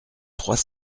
trois